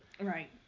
Right